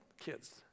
kids